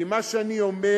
כי מה שאני אומר